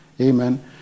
Amen